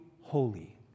holy